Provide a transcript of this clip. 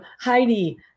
Heidi